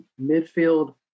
midfield